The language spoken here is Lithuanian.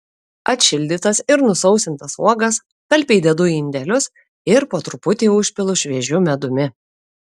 atšildytas ir nusausintas uogas talpiai dedu į indelius ir po truputį užpilu šviežiu medumi